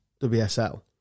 WSL